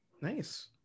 Nice